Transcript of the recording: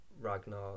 Ragnar